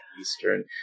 Eastern